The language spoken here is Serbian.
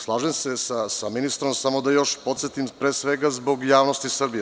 Slažem se sa ministrom samo da još posetim pre svega zbog javnosti Srbije.